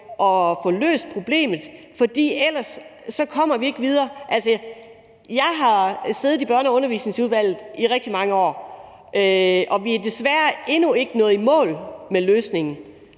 at få løst problemet, for ellers kommer vi ikke videre. Jeg har siddet i Børne- og Undervisningsudvalget i rigtig mange år, og vi er desværre endnu ikke nået i mål med løsningen.